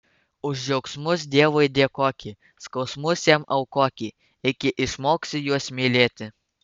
už džiaugsmus dievui dėkoki skausmus jam aukoki iki išmoksi juos mylėti